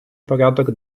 порядок